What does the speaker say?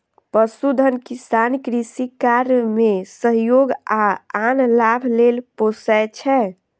पशुधन किसान कृषि कार्य मे सहयोग आ आन लाभ लेल पोसय छै